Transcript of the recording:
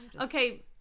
Okay